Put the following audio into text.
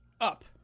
up